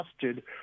trusted